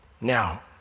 Now